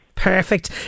perfect